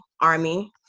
Army